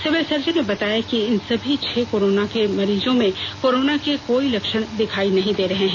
civil surgeon ने बताया कि इन सभी छह कोरोना के मरीजों में कोरोना के कोई लक्षण नहीं दिखायी दे रहे हैं